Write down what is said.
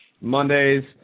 Mondays